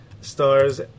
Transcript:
stars